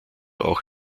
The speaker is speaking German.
auch